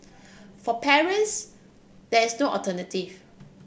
for parents there is no alternative